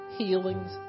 healings